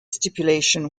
stipulation